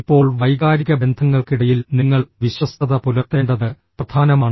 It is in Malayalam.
ഇപ്പോൾ വൈകാരിക ബന്ധങ്ങൾക്കിടയിൽ നിങ്ങൾ വിശ്വസ്തത പുലർത്തേണ്ടത് പ്രധാനമാണ്